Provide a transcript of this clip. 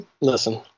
Listen